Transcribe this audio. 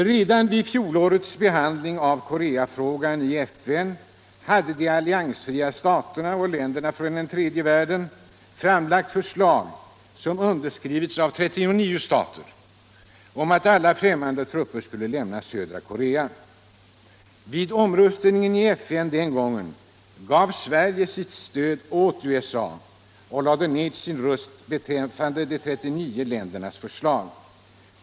Redan vid fjolårets behandling av Koreafrågan i FN hade de alliansfria staterna och länderna från den tredje världen framlagt förslag, som underskrivits av 39 stater, om att alla främmande trupper skulle lämna södra Korea. Vid omröstningen i FN den gången gav Sverige sitt stöd åt USA och lade ned sin röst beträffande de 39 ländernas förslag.